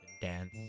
dance